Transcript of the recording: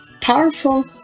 powerful